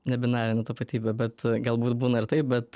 nebinarinė tapatybė bet galbūt būna ir taip bet